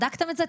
בדקתם את זה?